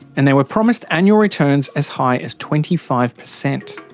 and they were promised annual returns as high as twenty five percent.